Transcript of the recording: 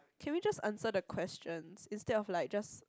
can we just answer the questions instead of like just